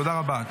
תודה רבה.